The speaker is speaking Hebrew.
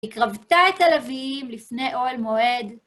הקרבת תל אביב לפני אוהל מועד.